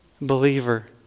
Believer